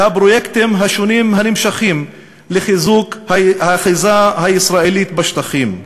והפרויקטים השונים הנמשכים לחיזוק האחיזה הישראלית בשטחים.